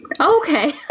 Okay